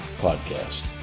Podcast